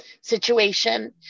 situation